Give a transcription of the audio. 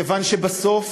כיוון שבסוף,